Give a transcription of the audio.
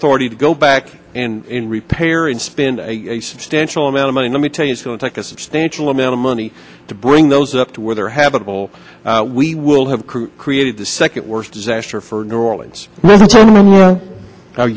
authority to go back and repair and spend a substantial amount of money let me tell you it feels like a substantial amount of money to bring those up to where they're habitable we will have created the second worst disaster for new orleans